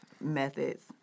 methods